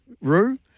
Rue